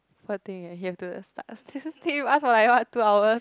poor thing eh he have to start st~ st~ stay with us for like what two hours